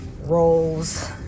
roles